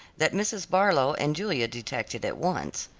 that mrs. barlow and julia detected at once.